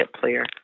player